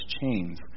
chains